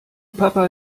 papa